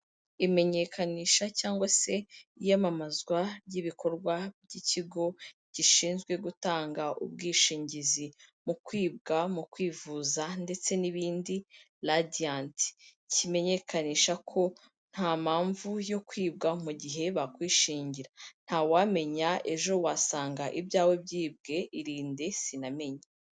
Imenyekanisha cyangwa se iyamamazwa ry'ibikorwa by'ikigo gishinzwe gutanga ubwishingizi mu kwibwa, mu kwivuza ndetse n'ibindi Radiyanti. Kimenyekanisha ko nta mpamvu yo kwibwa mu gihe bakwishingira, ntawamenya ejo wasanga ibyawe byibwe irinde sinamenye.